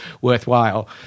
worthwhile